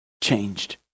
changed